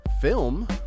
film